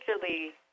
particularly